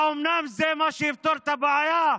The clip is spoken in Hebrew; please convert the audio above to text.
האומנם זה מה שיפתור את הבעיה?